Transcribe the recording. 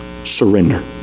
surrender